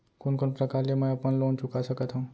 कोन कोन प्रकार ले मैं अपन लोन चुका सकत हँव?